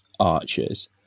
archers